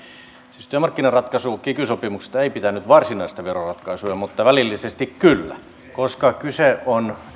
siis työmarkkinaratkaisu kiky sopimuksesta ei pitänyt sisällään varsinaista veroratkaisua mutta välillisesti kyllä koska kyse on